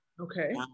okay